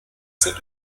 sind